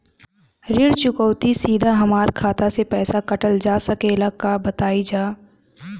ऋण चुकौती सीधा हमार खाता से पैसा कटल जा सकेला का बताई जा?